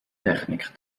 technik